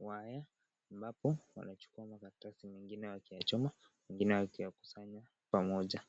waya ambapo, wanachukua makaratasi mengine wakiyachoma mengine wakiyakusanya pamoja.